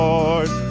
Lord